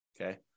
Okay